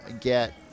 get